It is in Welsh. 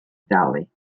dalu